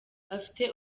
afite